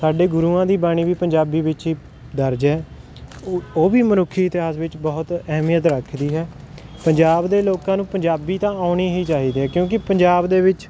ਸਾਡੇ ਗੁਰੂਆਂ ਦੀ ਬਾਣੀ ਵੀ ਪੰਜਾਬੀ ਵਿੱਚ ਹੀ ਦਰਜ ਹੈ ਉਹ ਵੀ ਮਨੁੱਖੀ ਇਤਿਹਾਸ ਵਿੱਚ ਬਹੁਤ ਅਹਿਮੀਅਤ ਰੱਖਦੀ ਹੈ ਪੰਜਾਬ ਦੇ ਲੋਕਾਂ ਨੂੰ ਪੰਜਾਬੀ ਤਾਂ ਆਉਣੀ ਹੀ ਚਾਹੀਦੀ ਆ ਕਿਉਂਕਿ ਪੰਜਾਬ ਦੇ ਵਿੱਚ